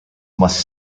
must